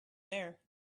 there